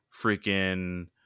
freaking